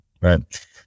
right